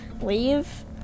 leave